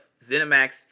Zenimax